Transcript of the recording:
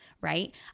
right